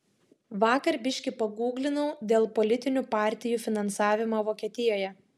vakar biški pagūglinau dėl politinių partijų finansavimo vokietijoje